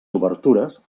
obertures